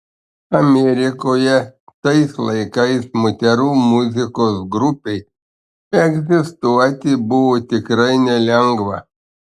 amerikoje tais laikais moterų muzikos grupei egzistuoti buvo tikrai nelengva